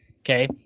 Okay